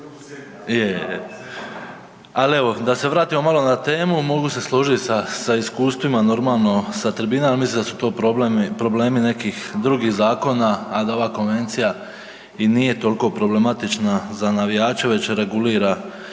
da se vratimo malo na temu, mogu se složit sa, sa iskustvima normalno sa tribina, al mislim da su to problem, problemi nekih drugih zakona, a da ova konvencija i nije tolko problematična za navijače već regulira